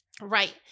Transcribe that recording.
Right